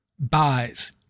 buys